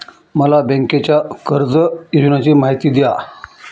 मला बँकेच्या कर्ज योजनांची माहिती द्या